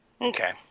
Okay